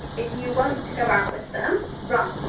if you won't go out with them run.